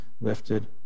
lifted